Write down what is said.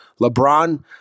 LeBron